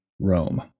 Rome